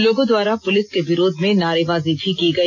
लोगों द्वारा पुलिस के विरोध में नारेबाजी भी की गई